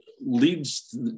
leads